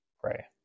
pray